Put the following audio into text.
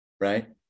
right